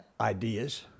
ideas